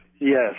Yes